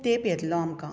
खूब तेंप येतलो आमकां